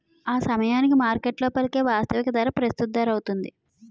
ఆసమయానికి మార్కెట్లో పలికే వాస్తవిక ధర ప్రస్తుత ధరౌతుంది